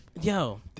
yo